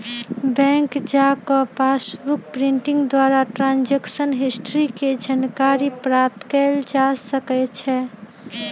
bank जा कऽ passbook printing द्वारा ट्रांजैक्शन हिस्ट्री के जानकारी प्राप्त कएल जा सकइ छै